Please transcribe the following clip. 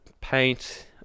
paint